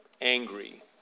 angry